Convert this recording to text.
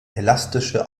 elastische